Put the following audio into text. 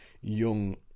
young